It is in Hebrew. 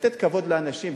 לתת כבוד לאנשים,